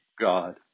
God